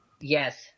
Yes